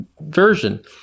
version